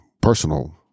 personal